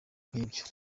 nk’ibyo